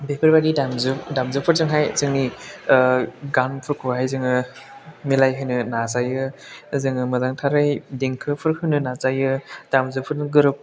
बेफोरबायदि दामजुफोरजोंहाय जोंनि गानफोरखौहाय जोङो मिलायहोनो नाजायो जोङो मोजांथारै देंखोफोर होनो नाजायो दामजुफोरजों गोरोबथावना